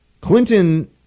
Clinton